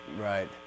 Right